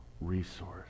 resource